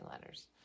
letters